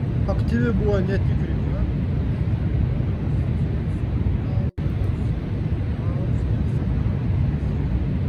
aktyvi buvo ne tik ryga bet ir liepojos cėsių jelgavos bauskės apylinkės